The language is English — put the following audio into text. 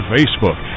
Facebook